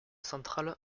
central